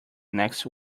next